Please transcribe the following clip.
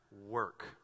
work